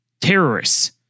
terrorists